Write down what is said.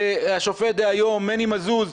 השופט דהיום מני מזוז,